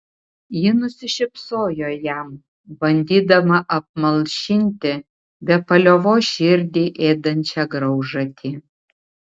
ji nusišypsojo jam bandydama apmalšinti be paliovos širdį ėdančią graužatį